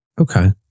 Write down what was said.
Okay